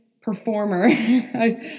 performer